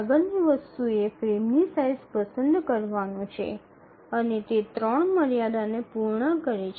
આગળની વસ્તુ એ ફ્રેમની સાઇઝ પસંદ કરવાનું છે અને તે ૩ મર્યાદાને પૂર્ણ કરે છે